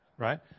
Right